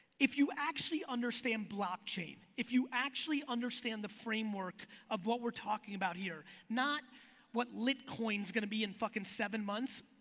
if you actually understand blockchain, if you actually understand the framework of what we're talking about here, not what litcoin's going to be in fucking seven months.